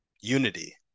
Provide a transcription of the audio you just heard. unity